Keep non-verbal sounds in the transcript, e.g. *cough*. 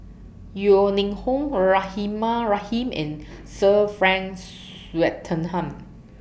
Yeo Ning Hong Rahimah Rahim and Sir Frank *noise* Swettenham